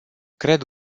cred